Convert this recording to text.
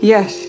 Yes